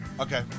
okay